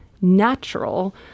natural